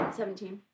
seventeen